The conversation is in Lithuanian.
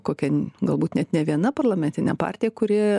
kokia galbūt net ne viena parlamentinė partija kuri